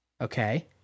Okay